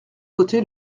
voté